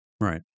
right